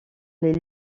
les